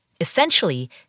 essentially